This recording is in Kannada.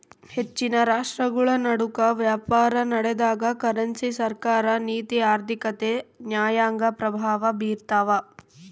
ಹೆಚ್ಚಿನ ರಾಷ್ಟ್ರಗಳನಡುಕ ವ್ಯಾಪಾರನಡೆದಾಗ ಕರೆನ್ಸಿ ಸರ್ಕಾರ ನೀತಿ ಆರ್ಥಿಕತೆ ನ್ಯಾಯಾಂಗ ಪ್ರಭಾವ ಬೀರ್ತವ